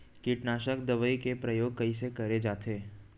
कीटनाशक दवई के प्रयोग कइसे करे जाथे?